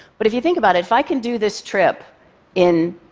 but if you think about it, if i can do this trip in